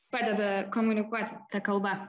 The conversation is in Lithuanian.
padeda komunikuoti ta kalba